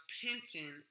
pension